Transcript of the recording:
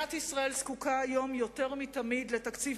מדינת ישראל זקוקה היום יותר מתמיד לתקציב